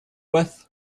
with